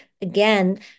again